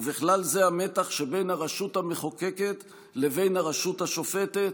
ובכלל זה המתח שבין הרשות המחוקקת לבין הרשות השופטת,